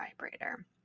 vibrator